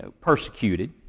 persecuted